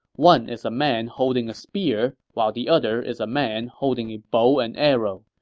one is a man holding a spear, while the other is a man holding a bow and arrow.